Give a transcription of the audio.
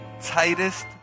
tightest